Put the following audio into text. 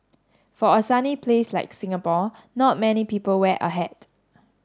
for a sunny place like Singapore not many people wear a hat